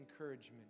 encouragement